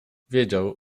wiedział